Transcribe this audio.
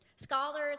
Scholars